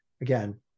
again